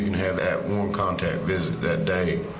have that one contact visit that day,